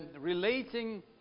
relating